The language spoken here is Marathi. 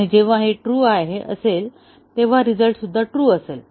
आणि जेव्हा हे ट्रू असेल तेव्हा रिझल्ट ट्रू असेल